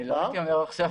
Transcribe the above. אני לא מתיימר לומר עכשיו,